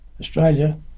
Australia